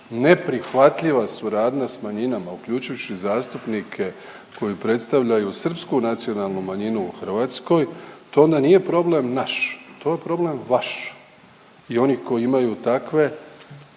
neprihvatljiva suradnja s manjima uključivši zastupnike koji predstavljaju srpsku nacionalnu manjinu u Hrvatskoj, to onda nije problem naš, to je problem vaš i onih koji imaju takve